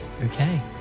Okay